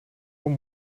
komt